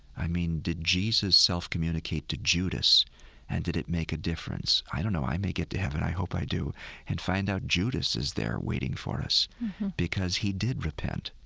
i mean, did jesus self-communicate to judas and did it make a difference? i don't know. i may get to heaven i hope i do and find out judas is there waiting for us because he did repent.